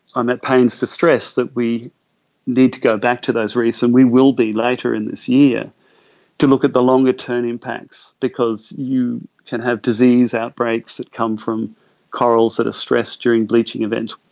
um at pains to stress that we need to go back to those reefs and we will be later in this year to look at the longer term impacts, because you can have disease outbreaks that come from corals that are stressed during bleaching events.